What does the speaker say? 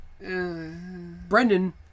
Brendan